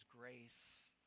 grace